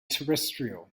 terrestrial